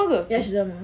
ya cerita lama